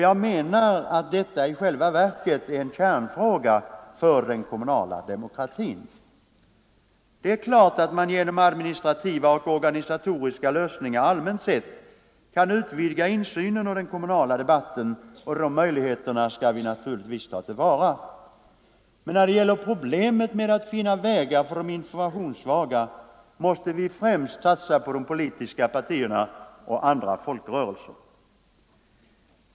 Jag menar att detta i själva verket är en kärnfråga för den kommunala demokratin. Det är klart att man genom administrativa och organisatoriska lösningar allmänt sett kan utvidga insynen och den kommunala debatten. De möjligheterna skall vi naturligtvis ta till vara. Men när det gäller problemet att finna vägar för de ”informationssvaga” måste vi främst satsa på de politiska partierna och andra folkrörelser.